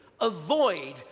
avoid